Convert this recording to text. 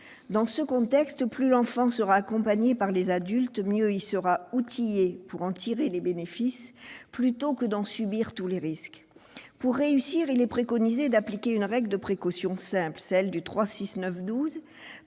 Dans ce contexte, plus l'enfant sera accompagné par des adultes, mieux il sera outillé pour tirer les bénéfices des écrans, plutôt que d'en subir tous les risques. Pour réussir, il est préconisé d'appliquer une règle de précaution simple, celle du 3-6-9-12